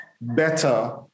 better